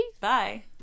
bye